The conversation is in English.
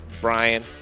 Brian